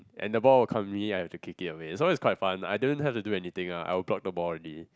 and the ball will come me I have kick away so is quite fun I don't have to do anything ah I will block the ball already